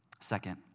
Second